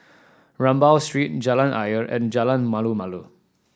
Rambau Street Jalan Ayer and Jalan Malu Malu